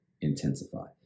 intensify